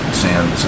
sand